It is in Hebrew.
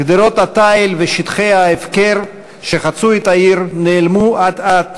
גדרות התיל ושטחי ההפקר שחצו את העיר נעלמו אט-אט,